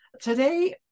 Today